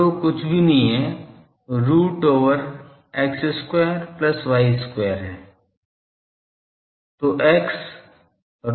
ρ कुछ भी नहीं है root over x square plus y square है